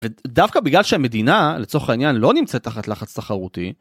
ודווקא בגלל שהמדינה, לצורך העניין, לא נמצאת תחת לחץ תחרותי.